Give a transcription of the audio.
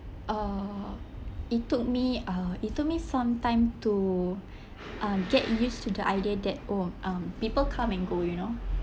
err it took me uh it took me some time to um get used to the idea that oh um people come and go you know